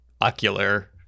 ocular